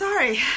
Sorry